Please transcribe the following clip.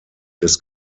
des